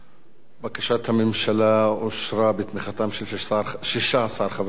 בקשת הממשלה אושרה בתמיכתם של 16 חברי כנסת,